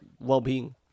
well-being